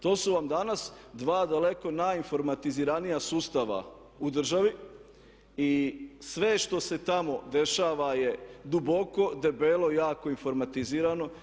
To su vam danas dva daleko najinformatiziranija sustava u državi i sve što se tamo dešava je duboko, debelo jako informatizirano.